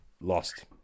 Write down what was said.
lost